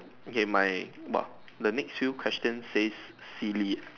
okay my but the next few question says silly